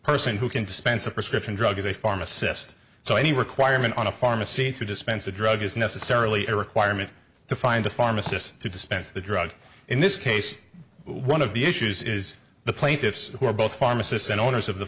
person who can dispense a prescription drug is a pharmacist so any requirement on a pharmacy to dispense a drug is necessarily a requirement to find a pharmacist to dispense the drug in this case one of the issues is the plaintiffs who are both pharmacists and owners of the